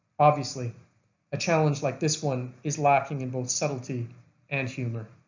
obviously a challenge like this one is lacking in both subtlety and humor.